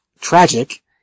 tragic